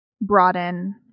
broaden